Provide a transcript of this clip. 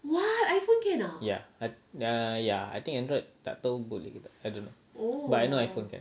ya I think android tak tahu boleh ke tak I don't know but I know iphone can